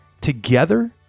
together